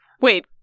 Wait